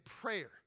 prayer